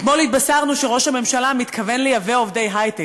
אתמול התבשרנו שראש הממשלה מתכוון לייבא עובדי היי-טק.